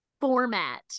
format